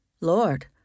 Lord